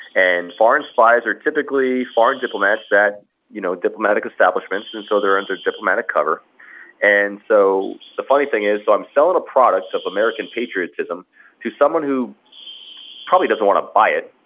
and foreign spies are typically foreign diplomats at you know diplomatic establishments, and so they're under diplomatic cover and so, the funny thing is i'm selling a product of american patriotism to someone who probably doesn't want to buy it,